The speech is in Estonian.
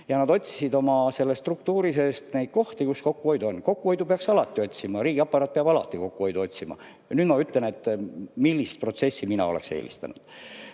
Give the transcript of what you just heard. Nad otsisid oma struktuuri seest kohti, kus kokku hoida oli võimalik. Kokkuhoidu peab alati otsima, riigiaparaat peab alati kokkuhoidu otsima. Ja nüüd ma ütlen, millist protsessi mina oleksin eelistanud.